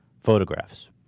photographs